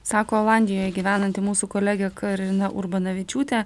sako olandijoje gyvenanti mūsų kolegė karina urbanavičiūtė